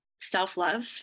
self-love